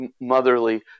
motherly